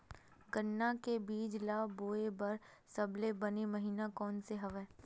गन्ना के बीज ल बोय बर सबले बने महिना कोन से हवय?